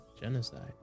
genocide